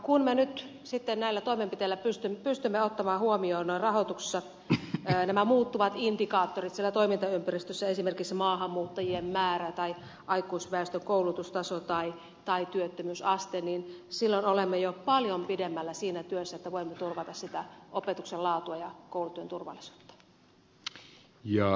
kun me nyt sitten näillä toimenpiteillä pystymme ottamaan huomioon rahoituksessa nämä muuttuvat indikaattorit siellä toimintaympäristössä esimerkiksi maahanmuuttajien määrä tai aikuisväestön koulutustaso tai työttömyysaste niin silloin olemme jo paljon pidemmällä siinä työssä että voimme turvata sitä opetuksen laatua ja koulutyön turvallisuutta